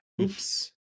Oops